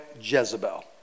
Jezebel